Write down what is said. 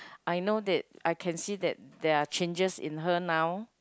I know that I can see that there are changes in her now